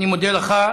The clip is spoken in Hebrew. אני מודה לך.